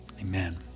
Amen